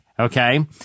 Okay